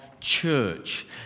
church